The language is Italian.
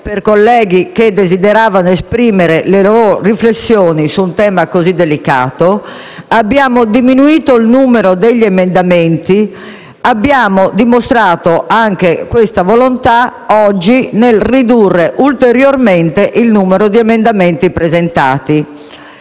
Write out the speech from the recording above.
per colleghi che desideravano esprimere le loro riflessioni su un tema così delicato, abbiamo diminuito il numero degli emendamenti e abbiamo dimostrato questa volontà anche oggi, nel ridurre ulteriormente il numero di emendamenti presentati.